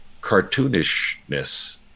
cartoonishness